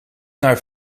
naar